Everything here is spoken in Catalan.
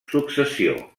successió